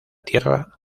tierra